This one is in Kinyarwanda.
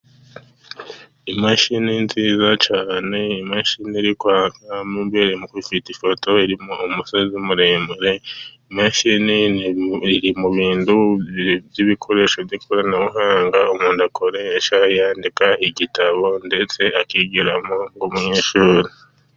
Imashini nziza cyane, imashini iri kwaka mo imbere ifite ifoto irimo umusozi muremure. Imashini iri mu bintu by'ibikoresho by'ikoranabuhanga, umuntu akoresha yandika igitabo ndetse akigiramo umunyeshuri.